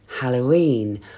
Halloween